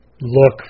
look